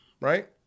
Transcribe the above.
right